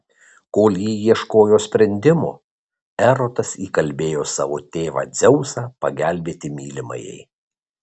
kol ji ieškojo sprendimo erotas įkalbėjo savo tėvą dzeusą pagelbėti mylimajai